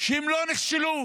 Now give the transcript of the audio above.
שהם לא נכשלו,